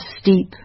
steep